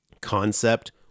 concept